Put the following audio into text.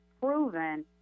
proven